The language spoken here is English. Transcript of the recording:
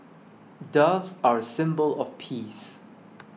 doves are a symbol of peace